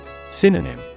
Synonym